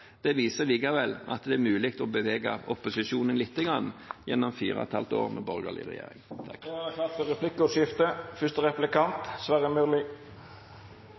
imot, viser at det likevel har vært mulig å bevege opposisjonen lite grann gjennom fire og et halvt år med borgerlig regjering. Det vert replikkordskifte.